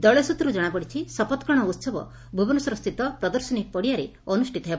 ଦଳୀୟ ସ୍ତ୍ରର୍ ଜଣାପଡ଼ିଛି ଶପଥ ଗ୍ରହଶ ଉହବ ଭୁବନେଶ୍ୱରସ୍ଛିତ ପ୍ରଦର୍ଶନୀ ପଡ଼ିଆରେ ଅନୁଷିତ ହେବ